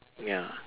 ya